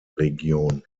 region